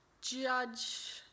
judge